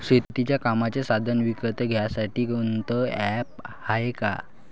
शेतीच्या कामाचे साधनं विकत घ्यासाठी कोनतं ॲप हाये का?